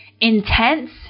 intense